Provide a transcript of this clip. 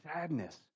sadness